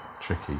tricky